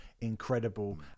incredible